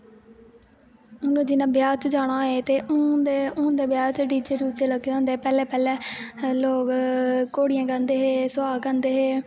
उ'नें जि'यां ब्याह् च जाना होए ते हून ते ब्याह् च डी जे डूजे लग्गे दे होंदे पैह्लें पैह्लें लोग घोड़ियां गांदे हे सोहाग गांदे हे